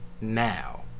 now